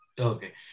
Okay